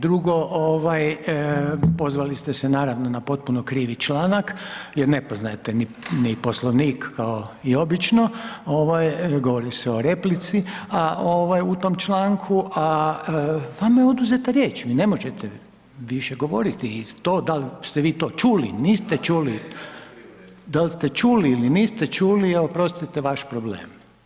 Drugo, pozvali ste se, naravno, na potpuno krivi članak jer ne poznate ni Poslovnik kao i obično, govori se o replici u tom članku, a vama je oduzeta riječ, vi ne možete više govoriti i to dal ste vi to čuli, niste čuli, dal ste čuli ili niste čuli, oprostite, vaš problem.